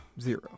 zero